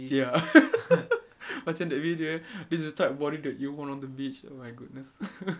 ya macam that day jer this is the type of body that you want on the beach oh my goodness